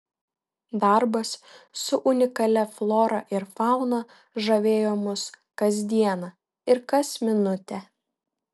darbas su unikalia flora ir fauna žavėjo mus kas dieną ir kas minutę